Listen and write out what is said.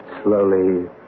slowly